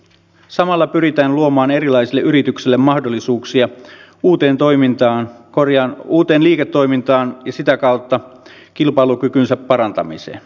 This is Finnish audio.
samalla pyritään luomaan erilaisille yrityksille mahdollisuuksia uuteen liiketoimintaan ja sitä kautta kilpailukykynsä parantamiseen